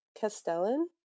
Castellan